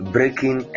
Breaking